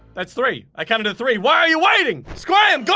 that's three. i counted to three. why are you waiting! scram! go!